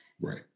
right